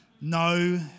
no